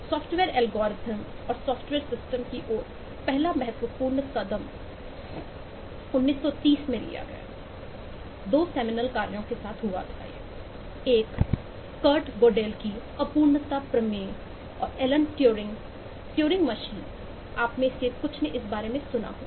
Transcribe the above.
software algorithm आपमें से कुछ ने इस बारे में सुना होगा